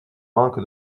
manque